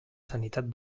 sanitat